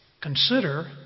Consider